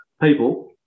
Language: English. people